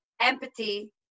empathy